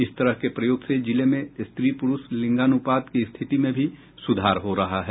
इस तरह के प्रयोग से जिले में स्त्री पुरूष लिंगानुपात की स्थिति में भी सुधार हो रहा है